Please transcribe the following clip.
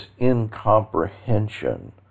incomprehension